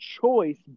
choice